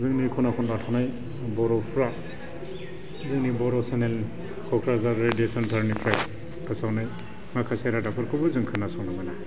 जोंनि खना खनला थानाय बर'फ्रा जोंनि बर' चेनेल क'क्राझार रेदिय' सेन्टारनिफ्राय फोसावनाय माखासे रादाबफोरखौबो जों खोनांसंनो मोनो